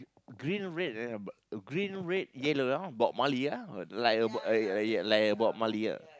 green red uh green red yellow ah Bob-Marley ah like uh uh uh like a Bob-Marley ah